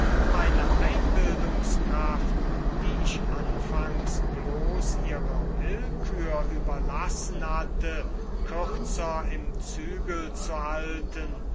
meine einbildungskraft die ich anfangs bloß ihrer willkür überlassen hatte kürzer im zügel zu halten